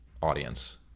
audience